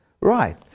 Right